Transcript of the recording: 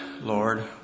Lord